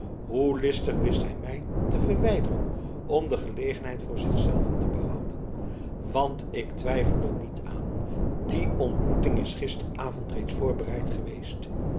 hoe listig wist hij mij te verwijderen om de gelegenheid voor zich zelven te behouden want ik twijfel er niet aan die ontmoeting is gisteravond reeds voorbereid geweest